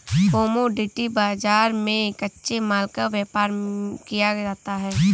commodity बाजार में कच्चे माल का व्यापार किया जाता है